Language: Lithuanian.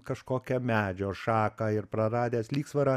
kažkokią medžio šaką ir praradęs lygsvarą